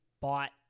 bought